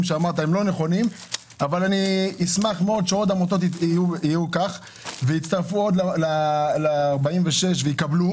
אינם נכונים אבל אשמח שעוד עמותות יהיו כך ויצטרפו ל-46 ויקבלו.